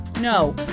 No